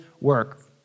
work